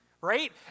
right